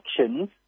actions